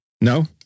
No